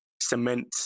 cement